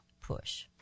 push